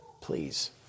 please